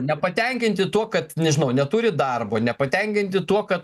nepatenkinti tuo kad nežinau neturi darbo nepatenkinti tuo kad